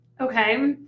okay